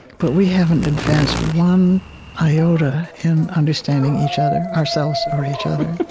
but we haven't advanced one iota in understanding each other, ourselves or each other